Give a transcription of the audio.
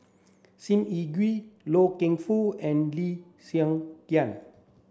Sim Yi Hui Loy Keng Foo and Lee Hsien Yang